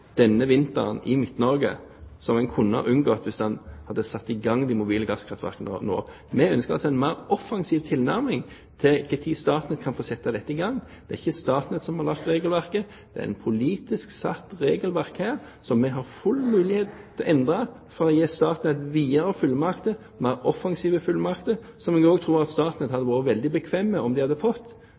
denne vinteren i Midt-Norge, som en kunne ha unngått hvis en hadde satt i gang de mobile gasskraftverkene nå? Vi ønsker oss en mer offensiv tilnærming til når Statnett kan sette disse i gang. Det er ikke Statnett som har laget regelverket. Det er et politisk satt regelverk, som vi har full mulighet til å endre for å gi Statnett videre fullmakter, mer offensive fullmakter, noe jeg også tror at Statnett hadde vært veldig bekvem med om de hadde fått.